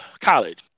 college